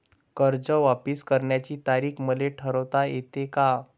कर्ज वापिस करण्याची तारीख मले ठरवता येते का?